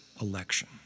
election